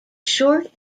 short